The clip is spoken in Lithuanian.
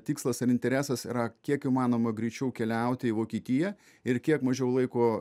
tikslas ar interesas yra kiek įmanoma greičiau keliauti į vokietiją ir kiek mažiau laiko